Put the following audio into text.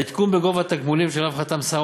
העדכון בגובה התגמולים שעליו חתם שר